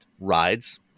rides